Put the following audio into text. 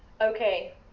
Okay